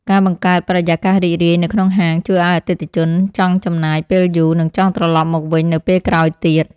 ការបង្កើតបរិយាកាសរីករាយនៅក្នុងហាងជួយឱ្យអតិថិជនចង់ចំណាយពេលយូរ និងចង់ត្រឡប់មកវិញនៅពេលក្រោយទៀត។